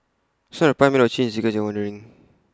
it's not A pie made of cheese in case you're wondering